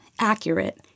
accurate